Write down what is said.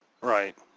Right